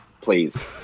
Please